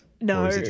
No